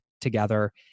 together